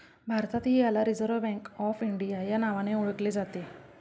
भारतातही याला reserve bank of India या नावाने ओळखले जाते